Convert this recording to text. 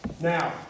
Now